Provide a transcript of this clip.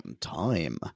Time